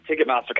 Ticketmaster